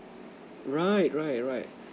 right right right